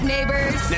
Neighbors